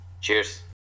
cheers